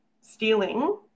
stealing